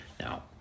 Now